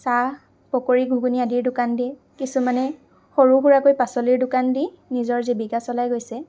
চাহ পকৰি ঘুগুনি আদিৰ দোকান দিয়ে কিছুমানে সৰু সুৰাকৈ পাচলিৰ দোকান দি নিজৰ জীৱিকা চলাই গৈছে